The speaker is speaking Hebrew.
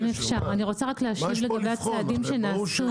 אם אפשר, אני רוצה רק להשיב להגיב הצעדים שנעשו.